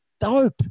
dope